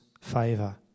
favour